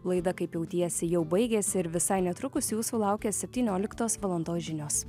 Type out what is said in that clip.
laida kaip jautiesi jau baigėsi ir visai netrukus jūsų laukia septynioliktos valandos žinios